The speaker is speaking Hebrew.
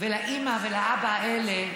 והאימא והאבא האלה,